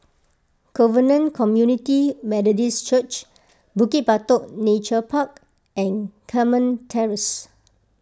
Covenant Community Methodist Church Bukit Batok Nature Park and Carmen Terrace